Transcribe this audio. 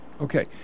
Okay